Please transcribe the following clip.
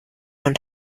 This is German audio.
und